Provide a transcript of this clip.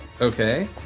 Okay